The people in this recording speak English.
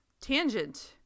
Tangent